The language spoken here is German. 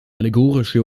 allegorische